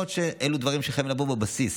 למרות שאלו דברים שחייבים לבוא בבסיס.